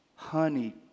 honey